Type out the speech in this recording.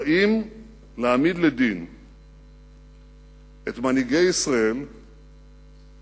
כשבאים להעמיד לדין את מנהיגי ישראל ואת